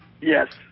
Yes